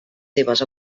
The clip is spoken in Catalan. seves